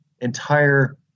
entire